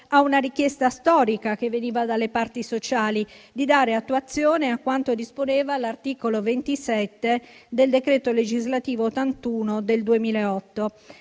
una richiesta storica che veniva dalle parti sociali di dare attuazione a quanto disposto dall'articolo 27 del decreto legislativo n. 81 del 2008.